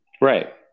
Right